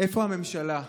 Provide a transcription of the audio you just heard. איפה הממשלה?